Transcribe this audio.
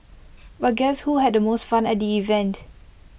but guess who had the most fun at the event